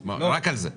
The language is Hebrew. רק על זה.